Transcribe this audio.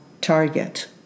target